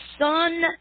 Son